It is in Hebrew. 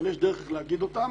אבל יש דרך להגיד אותם,